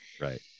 Right